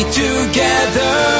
together